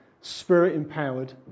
spirit-empowered